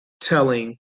telling